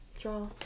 draw